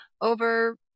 over